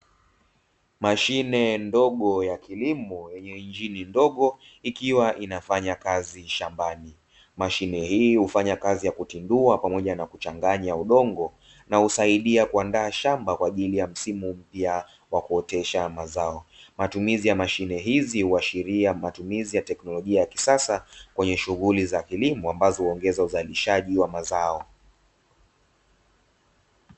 Mashine ndogo ya kilimo yenye injini ndogo ikiwa inafanya kazi shambani. Mashine hii hufanya kazi ya kutindua pamoja na kuchanganya udongo na husaidia kuandaa shamba kwa ajili ya msimu mpya wa kuotesha mazao. Matumizi ya mashine hizi huashiria matumizi ya teknolojia ya kisasa kwenye shughuli za kilimo ambazo huongeza uzalishaji wa mazao.